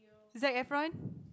Zac-Effron